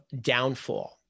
downfall